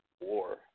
war